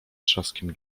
trzaskiem